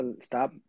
Stop